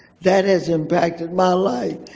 that has impacted my life,